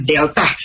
Delta